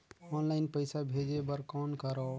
Online पईसा भेजे बर कौन करव?